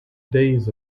days